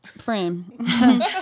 Friend